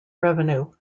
revenue